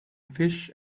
fish